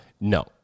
No